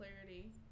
clarity